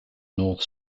north